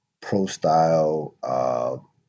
pro-style